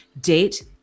date